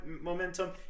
momentum